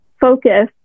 focus